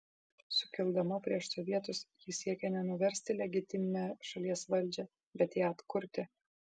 sukildama prieš sovietus ji siekė ne nuversti legitimią šalies valdžią bet ją atkurti